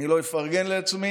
אני לא אפרגן לעצמי,